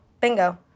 Bingo